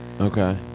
Okay